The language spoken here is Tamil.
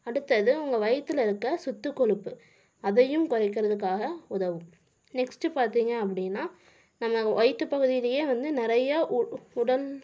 அடுத்தது உங்கள் வயிற்றுல இருக்க சுற்று கொழுப்பு அதையும் குறைக்கிறதுக்காக உதவும் நெக்ஸ்ட் பார்த்தீங்க அப்படீன்னா நம்ம வயிற்று பகுதியிலேயே வந்து நிறையா உடல்